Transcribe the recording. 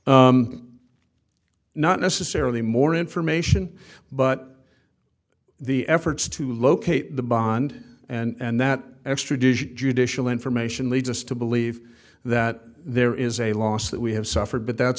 n not necessarily more information but the efforts to locate the bond and that extradition judicial information leads us to believe that there is a loss that we have suffered but that's